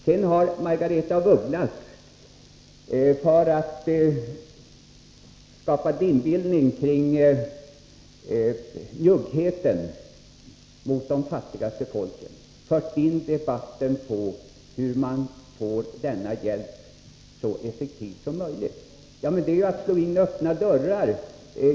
Sedan har Margaretha af Ugglas, för att skapa en dimbildning kring njuggheten mot de fattigaste folken, fört in debatten på hur man får denna hjälp så effektiv som möjligt. Det är att slå in öppna dörrar.